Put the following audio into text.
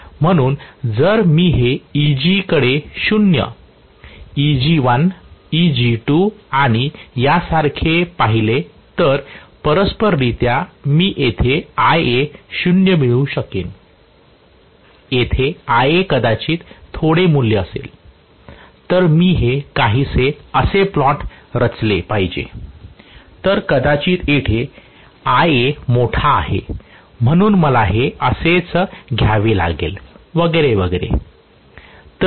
म्हणून जर मी हे Eg कडे शून्य Eg1 Eg2 आणि यासारखे पाहिले तर परस्पररित्या मी येथे Ia 0 मिळवू शकेन आहे येथे Ia कदाचित थोडे मूल्य असेल तर मी हे काहीसे असे प्लॉट रचले पाहिजे तर कदाचित येथे Ia मोठा आहे म्हणून मला हे असेच घ्यावे लागेल वगैरे वगैरे